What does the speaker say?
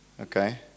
Okay